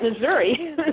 Missouri